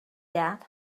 that